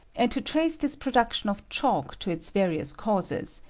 and to trace this production of chalk to its various causes,